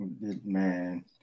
Man